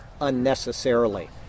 unnecessarily